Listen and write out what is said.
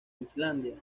islandia